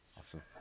Awesome